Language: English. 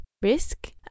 Risk